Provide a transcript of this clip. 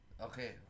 Okay